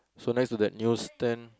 so next to that news stand